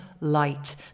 light